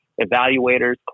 evaluators